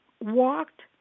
walked